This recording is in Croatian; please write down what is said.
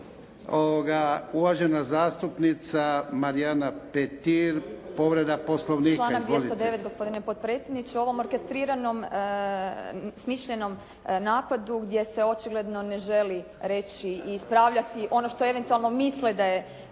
vas. Uvažena zastupnica Marijana Petir povreda poslovnika.